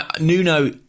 Nuno